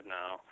now